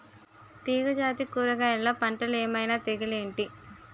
తీగ జాతి కూరగయల్లో పంటలు ఏమైన తెగులు ఏంటి?